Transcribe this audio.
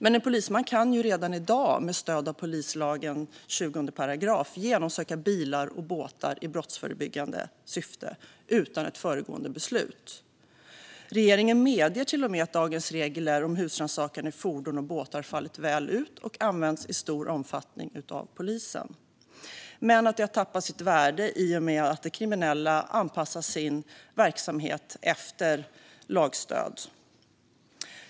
Men en polisman kan redan i dag med stöd av polislagen 20 § genomsöka bilar och båtar i brottsförebyggande syfte utan ett föregående beslut. Regeringen medger till och med att dagens regler om husrannsakan i fordon och båtar fallit väl ut och används i stor omfattning av polisen, men reglerna har tappat sitt värde i och med att de kriminella anpassar sin verksamhet efter hur lagstödet ser ut.